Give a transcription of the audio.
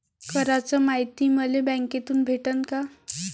कराच मायती मले बँकेतून भेटन का?